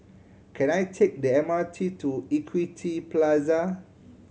can I take the M R T to Equity Plaza